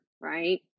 Right